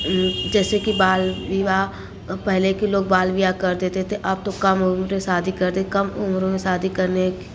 जैसे कि बाल विवाह पहले के लोग बाल विवाह करते थे आप तो कम उम्र शादी कर दे कम उम्र में शादी करने